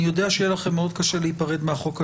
אני יודע שיהיה לכם מאוד קשה להיפרד מהחוק הזה,